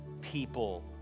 people